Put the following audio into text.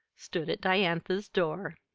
stood at diantha's door.